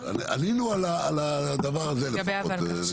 ענינו על הדבר הזה לפחות.